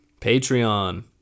Patreon